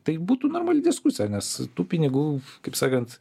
tai būtų normali diskusija nes tų pinigų kaip sakant